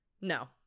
No